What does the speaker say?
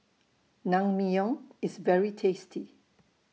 Naengmyeon IS very tasty